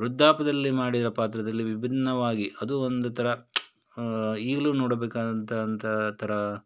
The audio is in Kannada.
ವೃದ್ದಾಪ್ಯದಲ್ಲಿ ಮಾಡಿದ ಪಾತ್ರದಲ್ಲಿ ವಿಭಿನ್ನವಾಗಿ ಅದು ಒಂದು ಥರ ಈಗಲೂ ನೋಡಬೇಕಾದಂಥ ಅಂತ ಥರ